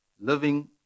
Living